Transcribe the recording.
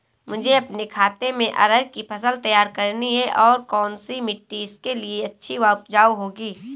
मुझे अपने खेत में अरहर की फसल तैयार करनी है और कौन सी मिट्टी इसके लिए अच्छी व उपजाऊ होगी?